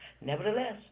nevertheless